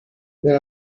there